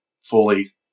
fully